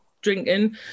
drinking